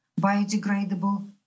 biodegradable